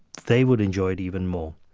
they would enjoy it even more.